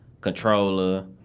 Controller